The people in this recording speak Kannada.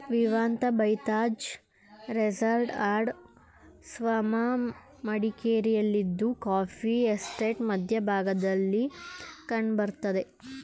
Vivanta by Taj resort and spa ಮಡಿಕೇರಿಯಲ್ಲಿದ್ದು ಕಾಫೀ ಎಸ್ಟೇಟ್ನ ಮಧ್ಯ ಭಾಗದಲ್ಲಿ ಕಂಡ್ ಬರ್ತದೆ